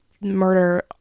murder